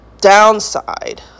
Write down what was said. downside